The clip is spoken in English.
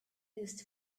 used